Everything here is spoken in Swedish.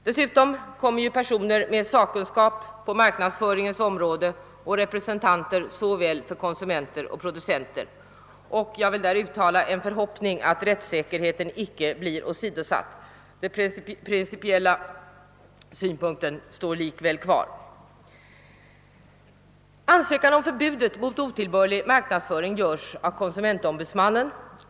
Dessutom kommer personer med sakkunskap på marknadsföringens område och representanter för både konsumenter och producenter att finnas med. Jag uttalar en förhoppning att rättssäkerheten inte blir åsidosatt. Min principiella synpunkt vidhåller jag likväl. Ansökan om förbud mot otillbörlig marknadsföring görs av konsumentombudsmannen.